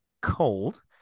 cold